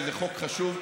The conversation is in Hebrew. שזה חוק חשוב,